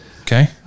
Okay